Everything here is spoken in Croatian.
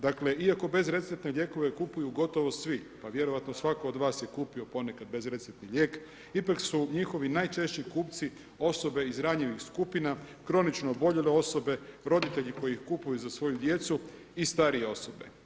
Dakle iako bezreceptne lijekove kupuju gotovo svi, pa vjerojatno svatko od vas je kupio ponekad bezreceptni lijek, ipak su njihovi najčešći kupci osobe iz ranjivih skupina, kronično oboljele osobe, roditelji koji kupuju za svoju djecu i starije osobe.